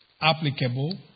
Applicable